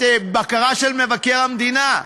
בקרה של מבקר המדינה.